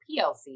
PLC